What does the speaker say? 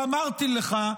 ואמרתי לך,